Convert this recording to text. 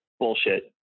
bullshit